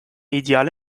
ideale